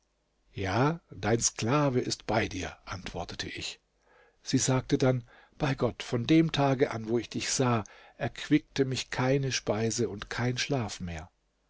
ja dein sklave ist bei dir antwortete ich sie sagte dann bei gott von dem tage an wo ich dich sah erquickte mich keine speise und kein schlaf mehr